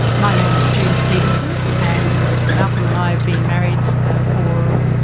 my name is june stevenson and malcolm and i have been married for.